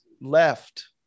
left